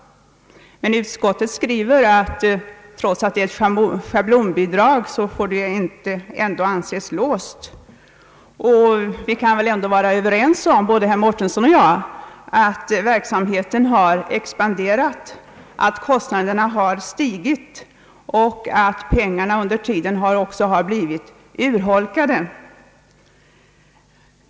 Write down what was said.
Utskottet anser emellertid att trots att det är ett schablonbidrag får det ändå inte anses vara låst. Herr Mårtensson och jag kan väl vara överens om att verksamheten har expanderat, att kostnaderna har stigit och att penningvärdet under tiden har blivit urholkat.